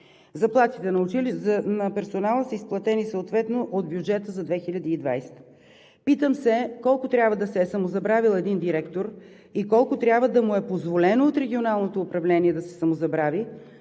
Заплатите на персонала са изплатени съответно от бюджета за 2020 г. Питам се: колко трябва да се е самозабравил един директор и колко трябва да му е позволено от Регионалното управление да се самозабрави,